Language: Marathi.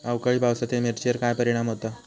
अवकाळी पावसाचे मिरचेर काय परिणाम होता?